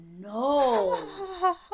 no